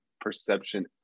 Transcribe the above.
perception